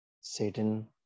Satan